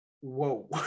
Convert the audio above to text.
Whoa